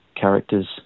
characters